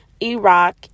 Iraq